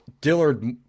Dillard